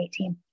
2018